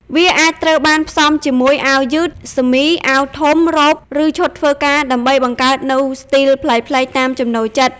វាអាចត្រូវបានផ្សំជាមួយអាវយឺត សឺមី អាវធំ រ៉ូប ឬឈុតធ្វើការ ដើម្បីបង្កើតនូវស្ទីលប្លែកៗតាមចំណូលចិត្ត។